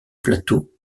plateau